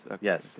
Yes